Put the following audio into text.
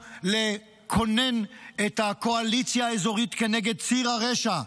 לכונן את הקואליציה האזורית כנגד ציר הרשע.